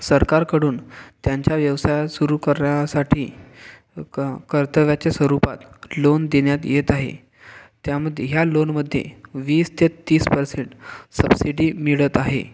सरकारकडून त्यांच्या व्यवसाय सुरू करण्यासाठी क कर्तव्याच्या स्वरूपात लोन देण्यात येत आहे त्यामध्ये ह्या लोनमध्ये वीस ते तीस परसेंट सबसिडी मिळत आहे